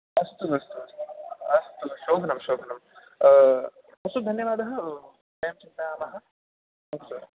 अस्तु अस्तु अस्तु अस्तु शोभनं शोभनं अस्तु धन्यवादः वयं चिन्तयामः